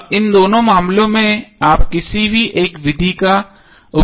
अब इन दोनों मामलों में आप किसी भी एक विधि का उपयोग कर सकते हैं